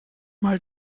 mal